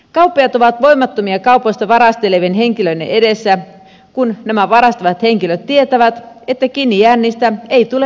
kauppiaat ovat voimattomia kaupoista varastelevien henkilöiden edessä kun nämä varastavat henkilöt tietävät että kiinnijäännistä ei tule mitään rangaistusta